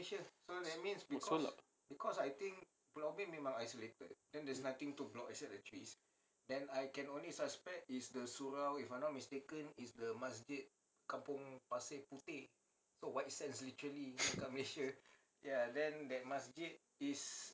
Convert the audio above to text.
so loud